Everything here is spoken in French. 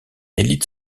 élite